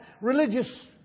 religious